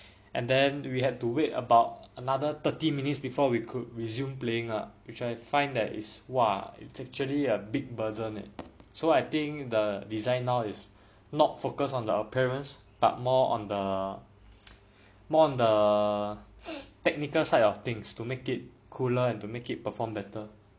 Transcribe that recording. and then we had to wait about another thirty minutes before we could resume playing ah which I find that is !wah! it's actually a big burden eh so I think the design now is not focus on the appearance but more on the more on the technical side of things to make it cooler and to make it perform better